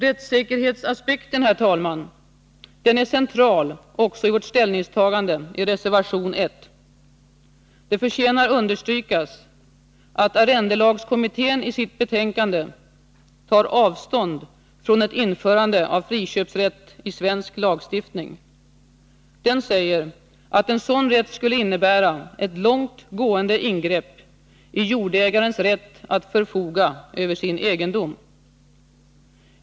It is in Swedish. Rättssäkerhetsaspekten, herr talman, är central också i vårt ställningstagande i reservation 1. Det förtjänar understrykas att arrendelagskommittén i sitt betänkande tar avstånd från ett införande av friköpsrätt i svensk lagstiftning. Den säger att en sådan rätt skulle innebära ett långt gående ingrepp i jordägarens rätt att förfoga över sin egendom.